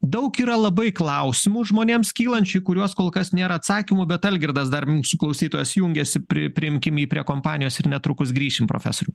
daug yra labai klausimų žmonėms kylančių į kuriuos kol kas nėra atsakymo bet algirdas dar mūsų klausytojas jungiasi pri priimkim jį prie kompanijos ir netrukus grįšim profesoriau